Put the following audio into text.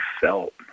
felt